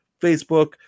Facebook